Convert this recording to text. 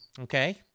Okay